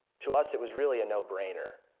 to us it was really a no-brainer.